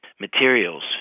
materials